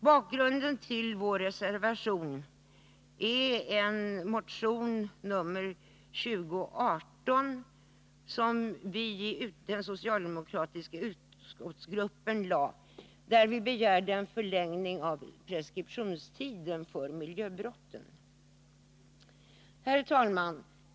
Bakgrunden till vår reservation är en socialdemokratisk motion 2018, där vi begärde en förlängning av preskriptionstiden för miljöbrotten. Herr talman!